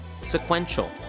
Sequential